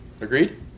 Agreed